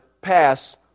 pass